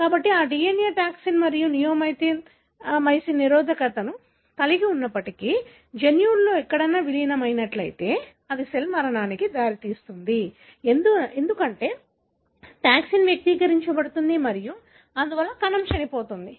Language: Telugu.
కాబట్టి ఆ DNA టాక్సిన్ మరియు నియోమైసిన్ నిరోధకతను కలిగి ఉన్నప్పటికీ జన్యువులో ఎక్కడైనా విలీనం అయినట్లయితే అది సెల్ మరణానికి దారితీస్తుంది ఎందుకంటే టాక్సిన్ వ్యక్తీకరించబడుతుంది మరియు అందువల్ల కణం చనిపోతుంది